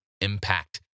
impact